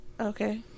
Okay